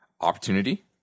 opportunity